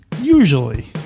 usually